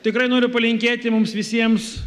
tikrai noriu palinkėti mums visiems